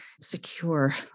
secure